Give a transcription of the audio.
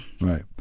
Right